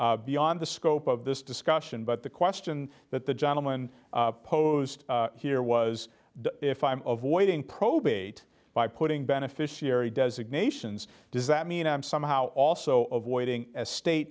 beyond the scope of this discussion but the question that the gentleman posed here was if i'm avoiding probate by putting beneficiary designations does that mean i'm somehow also avoiding a state